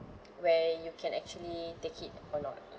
where you can actually take it or not